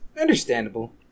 Understandable